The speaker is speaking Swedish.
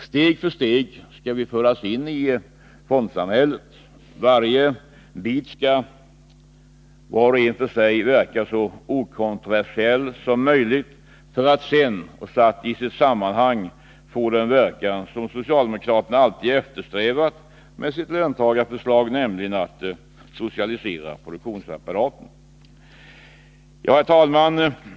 Steg för steg skall vi föras in i fondsamhället. Varje bit skall var och en för sig verka så okontroversiell som möjligt för att sedan, satt i sitt sammanhang, få den verkan som socialdemokraterna alltid eftersträvat med sitt löntagarfondsförslag, nämligen att ”socialisera produktionsapparaten”.